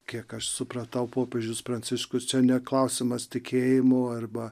kiek aš supratau popiežius pranciškus čia ne klausimas tikėjimo arba